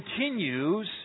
continues